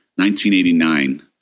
1989